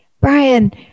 Brian